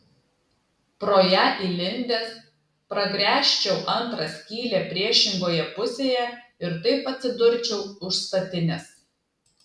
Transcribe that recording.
pro ją įlindęs pragręžčiau antrą skylę priešingoje pusėje ir taip atsidurčiau už statinės